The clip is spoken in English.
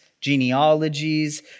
genealogies